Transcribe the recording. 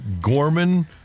Gorman